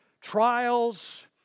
trials